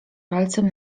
palcem